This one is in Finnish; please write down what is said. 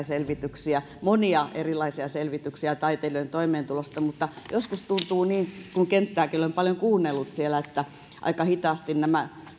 selvityksiä monia erilaisia selvityksiä taiteilijoiden toimeentulosta mutta joskus tuntuu kun kenttääkin olen paljon kuunnellut siellä että aika hitaasti nämä